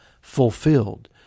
fulfilled